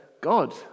God